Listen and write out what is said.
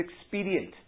expedient